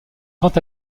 grand